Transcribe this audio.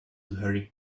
hurry